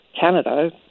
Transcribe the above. Canada